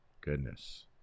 goodness